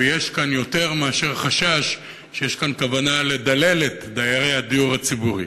ויש כאן יותר מאשר חשש שיש כאן כוונה לדלל את דיירי הדיור הציבורי.